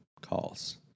calls